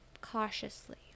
cautiously